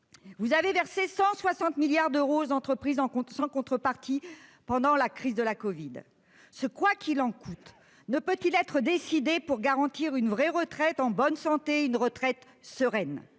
Vous avez versé 160 milliards d'euros aux entreprises, sans contrepartie, pendant la crise du covid-19. Ce « quoi qu'il en coûte » ne peut-il être décidé pour garantir une réelle retraite, en bonne santé, une retraite sereine ?